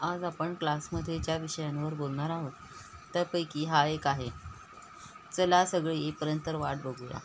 आज आपण क्लासमध्ये ज्या विषयांवर बोलणार आहोत त्यापैकी हा एक आहे चला सगळे येईपर्यंत वाट बघूया